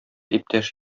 иптәш